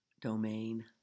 domain